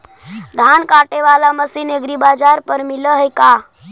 धान काटे बाला मशीन एग्रीबाजार पर मिल है का?